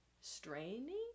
straining